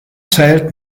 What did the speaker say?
zählt